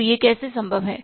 तो यह कैसे संभव है